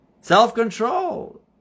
Self-control